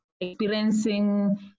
experiencing